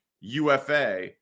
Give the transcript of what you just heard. UFA